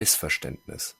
missverständnis